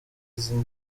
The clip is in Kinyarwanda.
izo